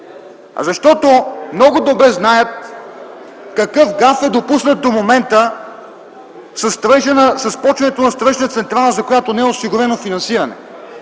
Защото много добре знаят какъв гаф е допуснат до момента с почването на строеж на централа, за която не е осигурено финансиране.